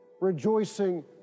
rejoicing